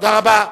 תודה רבה.